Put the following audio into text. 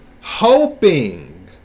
Hoping